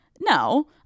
No